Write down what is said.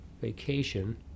vacation